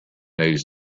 news